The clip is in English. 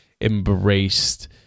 embraced